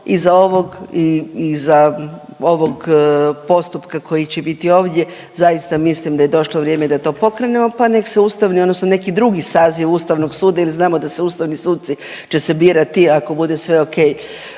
iza ovog postupka koji će biti ovdje, zaista mislim da je došlo vrijeme da to pokrenemo pa nek se ustavni odnosno neki drugi saziv Ustavnog suda jer znamo da se ustavni suci će se birati, ako bude sve okej